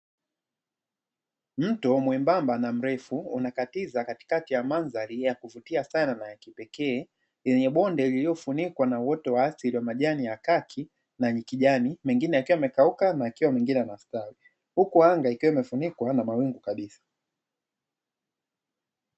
Mto mwembamba na mrefu unakatiza katikati ya mandhari ya kuvutia sana na kipekee, yenye bonde lililofunikwa na uoto wa asili wa majani ya kijani na ya kaki huku mengine yakiwa yamekauka na mengine yanastawi, huku anga ikiwa imefunikwa na mawingu kabisa.